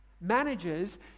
Managers